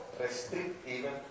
restrictive